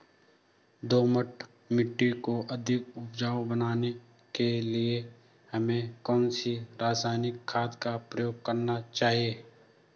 दोमट मिट्टी को अधिक उपजाऊ बनाने के लिए हमें कौन सी रासायनिक खाद का प्रयोग करना चाहिए?